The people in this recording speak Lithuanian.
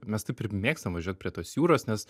mes taip ir mėgstam važiuot prie tos jūros nes